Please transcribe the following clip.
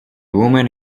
women